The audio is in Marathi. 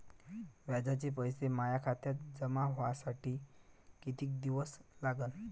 व्याजाचे पैसे माया खात्यात जमा व्हासाठी कितीक दिवस लागन?